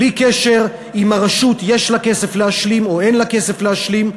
בלי קשר אם הרשות יש לה כסף להשלים או אין לה כסף להשלים.